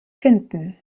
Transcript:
finden